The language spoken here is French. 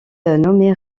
nommé